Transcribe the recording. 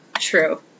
True